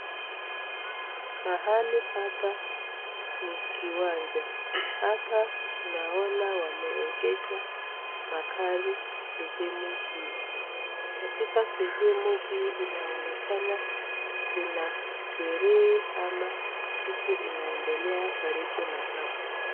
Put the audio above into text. Mahali hapa ni kiwanja. Hapa tunaona wameegesha magari sehemu hii. Katika sehemu hii inaonekana kuna sherehe ama kitu inaendelea karibu na hapa.